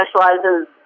specializes